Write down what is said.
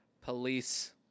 police